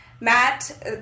Matt